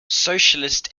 socialist